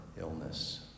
illness